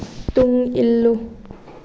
ꯇꯨꯡ ꯏꯜꯂꯨ